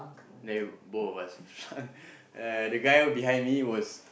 then both of us uh the guy behind me was